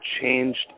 changed